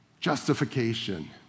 Justification